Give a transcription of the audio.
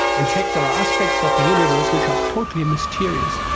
in fact there are aspects of the universe which are totally mysterious.